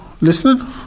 listening